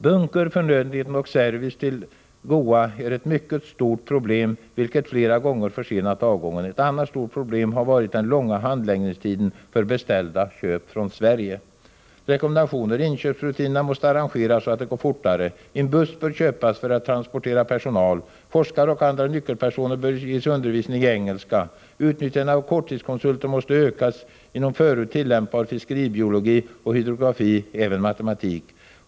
Bunker, förnödenheter och service till GOA är ett mycket stort problem, vilket flera gånger försenar avgången. Ett annat stort problem har varit den långa handläggningstiden för beställda inköp från Sverige. — Inköpsrutinerna måste arrangeras så att de går fortare. — En buss bör köpas för att transportera personal. —- Forskare och andra nyckelpersoner bör ges undervisning i engelska. —- Utnyttjande av korttidskonsulter måste ökas inom förut tillämpbar fiskeribiologi och hydrografi, även matematik.